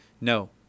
No